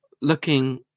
looking